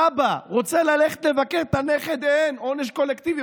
סבא רוצה ללכת לבקר את הנכד, אין, עונש קולקטיבי.